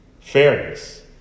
fairness